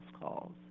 calls